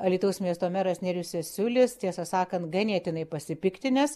alytaus miesto meras nerijus cesiulis tiesą sakant ganėtinai pasipiktinęs